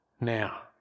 Now